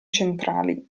centrali